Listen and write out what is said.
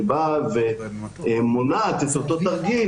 שבאה ומונעת את אותו תרגיל.